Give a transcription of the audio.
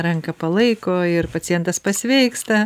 ranką palaiko ir pacientas pasveiksta